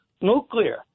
nuclear